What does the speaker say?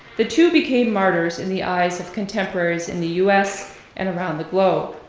the two became martyrs in the eyes of contemporaries in the u s. and around the globe.